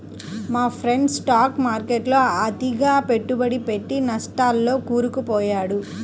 మా friend stock మార్కెట్టులో అతిగా పెట్టుబడి పెట్టి నట్టాల్లో కూరుకుపొయ్యాడు